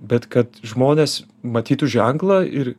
bet kad žmonės matytų ženklą ir